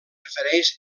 refereix